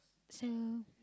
since